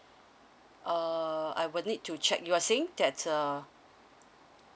uh I will need to check you're saying that uh